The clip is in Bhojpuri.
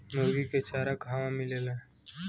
मुर्गी के चारा कहवा मिलेला?